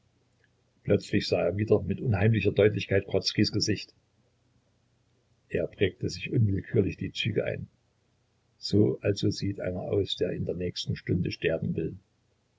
plötzlich sah er wieder mit unheimlicher deutlichkeit grodzkis gesicht er prägte sich unwillkürlich die züge ein so also sieht einer aus der in der nächsten stunde sterben will